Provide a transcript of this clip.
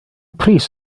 pris